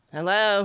Hello